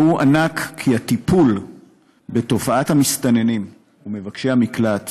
הוא ענק כי הטיפול בתופעת המסתננים ומבקשי המקלט